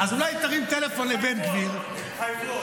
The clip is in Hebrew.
התחייבות.